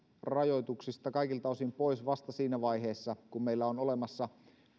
rajoituksista kaikilta osin pois vasta siinä vaiheessa kun meillä on olemassa